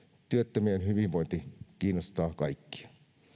työttömien hyvinvointi kiinnostaa kaikkia hienoa